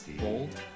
Bold